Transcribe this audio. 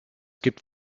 gibt